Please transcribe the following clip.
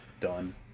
done